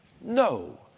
no